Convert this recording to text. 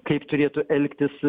kaip turėtų elgtis